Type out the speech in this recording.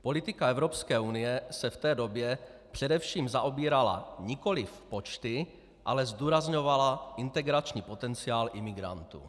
Politika Evropské unie se v té době především zaobírala nikoliv počty, ale zdůrazňovala integrační potenciál imigrantů.